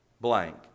blank